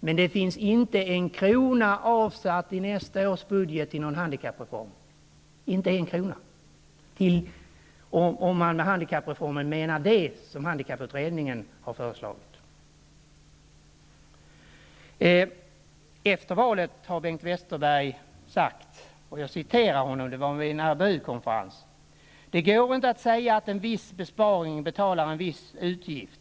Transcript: men det finns inte en krona avsatt i nästa års budget till någon handikappreform -- om man med handikappreformen menar det som handikapputredningen föreslog. Efter valet har Bengt Westerberg sagt: Det går inte att säga att en viss besparing betalar en viss utgift.